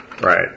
Right